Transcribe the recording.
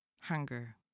Hunger